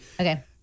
Okay